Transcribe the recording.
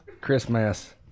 Christmas